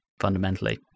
fundamentally